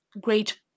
great